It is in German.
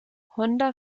honda